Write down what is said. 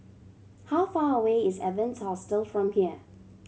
how far away is Evans Hostel from here